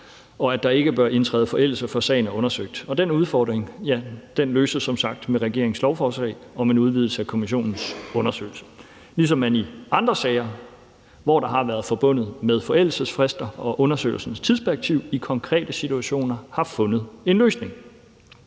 og at der ikke bør indtræde forældelse, før sagen er undersøgt, og den udfordring løses som sagt med regeringens lovforslag om en udvidelse af kommissionens undersøgelse, ligesom man i andre sager, der har været forbundet med forældelsesfrister og undersøgelsens tidsperspektiv, i de konkrete situationer har fundet en løsning.